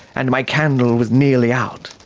and my candle was nearly out,